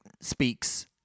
speaks